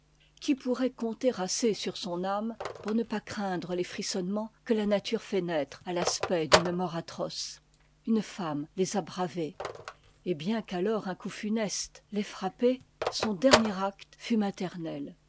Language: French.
qui pourrait compter assez sur son âme pour ne pas craindre les frissonnements que la nature fait naître à l'aspect d'une mort atroce une femme les a bravés et bien qu'alors un coup funeste l'ait frappée son dernier acte fut maternel